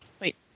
Wait